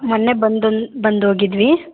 ಮೊನ್ನೆ ಬಂದು ಬಂದು ಹೋಗಿದ್ವಿ